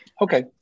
Okay